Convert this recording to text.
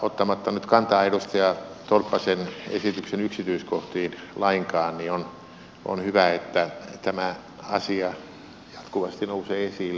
ottamatta nyt lainkaan kantaa edustaja tolppasen esityksen yksityiskohtiin on hyvä että tämä asia jatkuvasti nousee esille